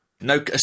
no